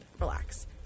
relax